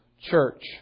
church